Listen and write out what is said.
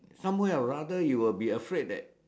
somewhere or rather you will be afraid that